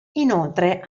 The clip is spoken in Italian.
inoltre